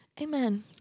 Amen